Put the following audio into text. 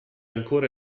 ancora